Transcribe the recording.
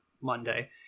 Monday